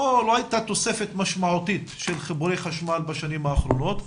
לא הייתה תוספת משמעותית של חיבורי חשמל בשנים האחרונות,